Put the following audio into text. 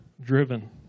driven